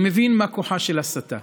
אני מבין מה כוחה של הסתה,